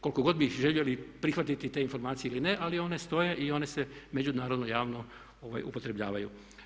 Koliko god bi željeli prihvatiti te informacije ili ne ali one stoje i one se međunarodno i javno upotrebljavaju.